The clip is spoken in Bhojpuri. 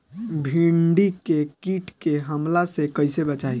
भींडी के कीट के हमला से कइसे बचाई?